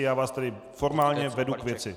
Já vás tedy formálně vedu k věci.